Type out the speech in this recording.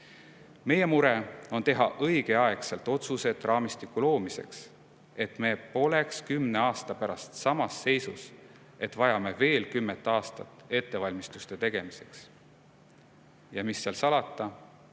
Meie mure on teha õigeaegselt otsused raamistiku loomiseks, et me poleks kümne aasta pärast samas seisus: vajame veel kümmet aastat ettevalmistuste tegemiseks. Ja mis seal salata,